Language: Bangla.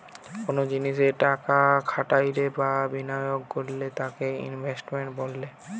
কোনো জিনিসে টাকা খাটাইলে বা বিনিয়োগ করলে তাকে ইনভেস্টমেন্ট বলতিছে